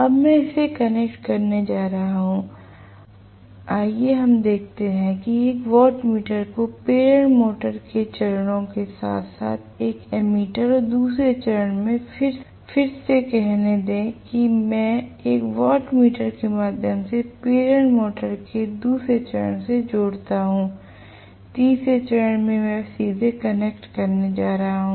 अब मैं इसे कनेक्ट करने जा रहा हूं आइए हम कहते हैं कि एक वाटमीटर को प्रेरण मोटर के चरणों के साथ साथ एक एमीटर और दूसरे चरण में फिर से कहने दें कि मैं एक वाट मीटर के माध्यम से प्रेरण मोटर के दूसरे चरण में जोड़ता हूं तीसरा चरण मैं इसे सीधे कनेक्ट करने जा रहा हूं